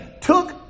took